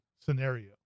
scenario